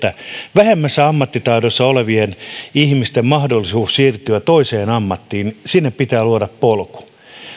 vähemmässä ammattitaidossa olevien ihmisten mahdollisuus siirtyä toiseen ammattiin sinne pitää luoda polku